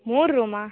ಮೂರು ರೂಮಾ